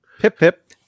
Pip-Pip